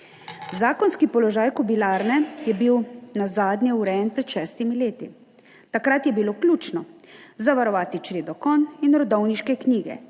Zakonski položaj Kobilarne je bil nazadnje urejen pred šestimi leti. Takrat je bilo ključno zavarovati čredo konj in rodovniške knjige